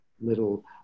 little